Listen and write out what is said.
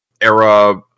era